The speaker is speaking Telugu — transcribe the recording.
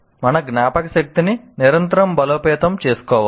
మన జ్ఞాపకశక్తిని నిరంతరం బలోపేతం చేసుకోవాలి